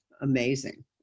amazing